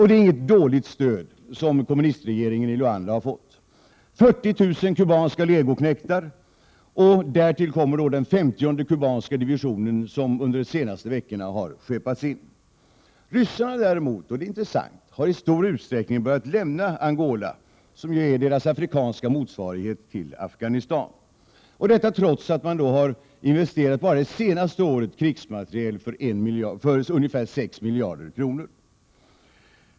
Det är inget dåligt stöd som kommunistregeringen i Luanda har fått: 40 000 kubanska legoknektar och därtill den femtionde kubanska divisionen, som under de senaste veckorna har skeppats in. Ryssarna däremot — och det är intressant — har i stor utsträckning börjat lämna Angola, som ju är deras afrikanska motsvarighet till Afghanistan, och detta trots att man under det senaste året har investerat ungefär 6 miljarder kronor bara i krigsmateriel.